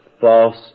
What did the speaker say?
false